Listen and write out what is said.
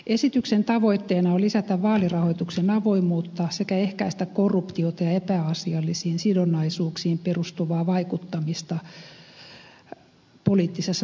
esityksen tavoitteena on lisätä vaalirahoituksen avoimuutta sekä ehkäistä korruptiota ja epäasiallisiin sidonnaisuuksiin perustuvaa vaikuttamista poliittisessa toiminnassa